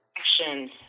actions